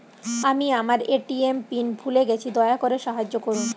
আমি আমার ATM PIN ভুলে গেছি, দয়া করে সাহায্য করুন